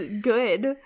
good